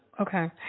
Okay